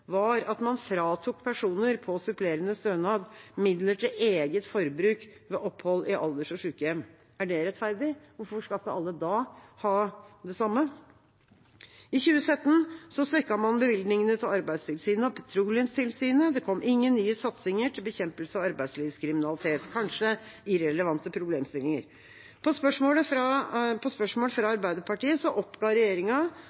var at man fratok personer på supplerende stønad midler til eget forbruk ved opphold i alders- og sykehjem. Er det rettferdig? Hvorfor skal ikke alle da ha det samme? I 2017 svekket man bevilgningene til Arbeidstilsynet og Petroleumstilsynet, og det kom ingen nye satsinger til bekjempelse av arbeidslivskriminalitet. Det er kanskje irrelevante problemstillinger? På spørsmål fra